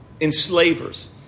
Enslavers